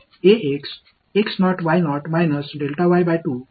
எனவே முதல் இரண்டு வெளிப்பாடு களிலும் பெருக்க மற்றும் வகுக்க வேண்டும்